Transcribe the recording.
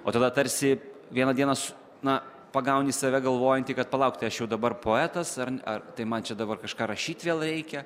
o tada tarsi vieną dienas na pagauni save galvojantį kad palauk tai aš jau dabar poetas ar ar tai man čia dabar kažką rašyti vėl reikia